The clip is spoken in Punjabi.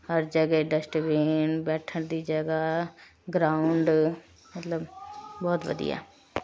ਹਰ ਜਗ੍ਹੇ ਡਸਟਬੀਨ ਬੈਠਣ ਦੀ ਜਗ੍ਹਾ ਗਰਾਊਂਡ ਮਤਲਬ ਬਹੁਤ ਵਧੀਆ